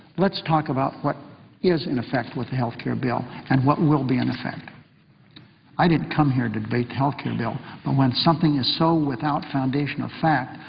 let's talk about what is in effect with the health care bill and what will be in effect. i didn't come here debate the health care bill. but when something is so without foundation or fact,